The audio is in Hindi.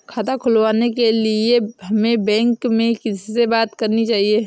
खाता खुलवाने के लिए हमें बैंक में किससे बात करनी चाहिए?